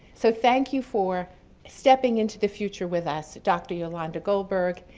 so thank you for stepping into the future with us, dr. yolanda goldberg,